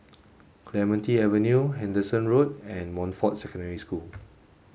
Clementi Avenue Henderson Road and Montfort Secondary School